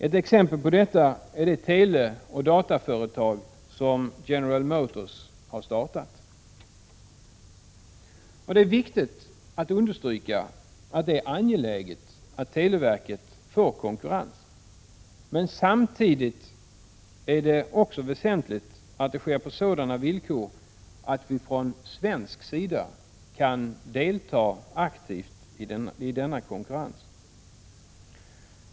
Ett exempel på detta är de teleoch dataföretag som General Motors har startat. Det är viktigt att understryka angelägenheten av att televerket får konkurrens. Samtidigt är det också väsentligt att detta sker på sådana villkor att vi från svensk sida kan aktivt delta i denna konkurrens.